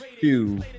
two